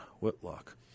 Whitlock